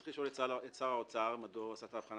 צריך לשאול את שר האוצר מדוע הוא עשה את ההבחנה